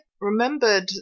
remembered